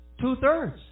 Two-thirds